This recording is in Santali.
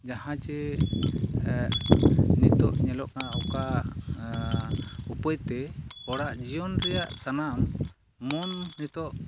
ᱡᱟᱦᱟᱸ ᱡᱮ ᱱᱤᱛᱳᱜ ᱧᱮᱞᱚᱜ ᱠᱟᱱᱟ ᱚᱠᱟ ᱩᱯᱟᱹᱭᱛᱮ ᱦᱚᱲᱟᱜ ᱡᱤᱭᱚᱱ ᱨᱮᱭᱟᱜ ᱥᱟᱱᱟᱢ ᱢᱚᱱ ᱱᱤᱛᱳᱜ